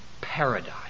paradise